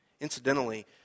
Incidentally